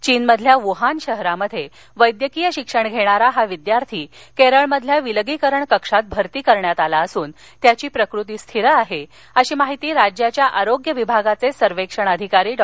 चीन मधील वुहान शहरात वैद्यकीय शिक्षण घेणारा हा विद्यार्थी केरळमधील विलगीकरण कक्षात भरती असुन त्याची प्रकृती स्थिर आहे अशी माहिती राज्याच्या आरोग्य विभागाचे सर्वेक्षण अधिकारी डॉ